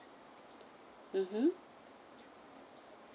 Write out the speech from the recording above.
mmhmm